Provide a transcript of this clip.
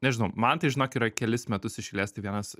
nežinau man tai žinok yra kelis metus iš eilės tai vienas